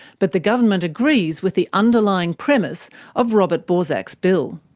but the government agrees with the underlying premise of robert borsack's bill.